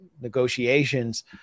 negotiations